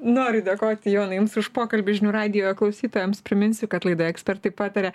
noriu dėkoti jonai jums už pokalbį žinių radijo klausytojams priminsiu kad laidoje ekspertai pataria